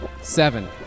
Seven